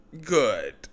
good